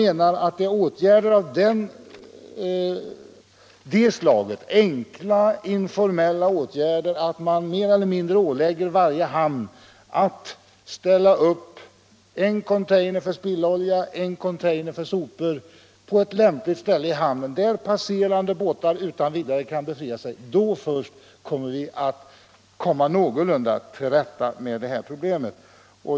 Det är alltså enkla och informella åtgärder det är fråga om. Hamnmyndigheten skulle åläggas att ställa upp en container för spillolja och en för sopor på ett lämpligt ställe i hamnen där passerande båtar lätt kan befria sig från spilloljan och annat avfall. Först då kommer vi någorlunda till rätta med detta problem.